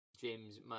James